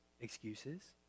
excuses